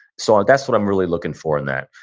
so, and that's what i'm really looking for in that.